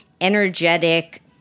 energetic